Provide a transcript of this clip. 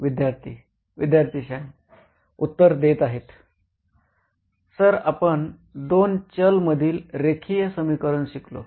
विद्यार्थी सॅम उत्तर देत आहेत सर आपण दोन चलमधील रेखीय समीकरण शिकलो